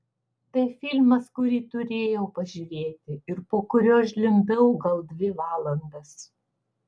tai filmas kurį turėjau pažiūrėti ir po kurio žliumbiau gal dvi valandas